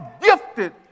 gifted